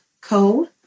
co